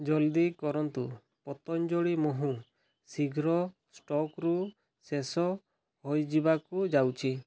ଜଲ୍ଦି କରନ୍ତୁ ପତଞ୍ଜଳି ମହୁ ଶୀଘ୍ର ଷ୍ଟକ୍ରୁ ଶେଷ ହୋଇଯିବାକୁ ଯାଉଛି